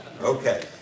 Okay